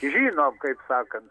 žinom kaip sakant